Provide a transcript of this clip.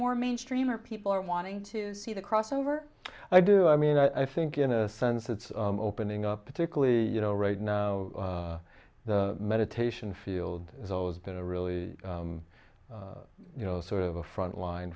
more main streamer people are wanting to see the crossover i do i mean i think in a sense it's opening up particularly you know right now the meditation field has always been a really you know sort of a front line